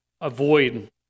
avoid